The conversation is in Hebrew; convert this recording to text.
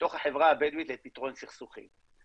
בתוך החברה הבדואית לפתרון סכסוכים.